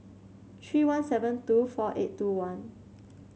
three one seven two four eight two one